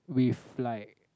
with like